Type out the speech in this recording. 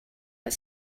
but